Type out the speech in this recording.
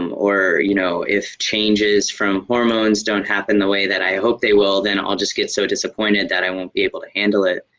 um or you know if changes from hormones don't happen the way that i hope they will, then i'll just get so disappointed that i won't be able to handle it.